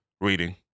reading